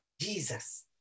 Jesus